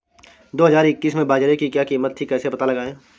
दो हज़ार इक्कीस में बाजरे की क्या कीमत थी कैसे पता लगाएँ?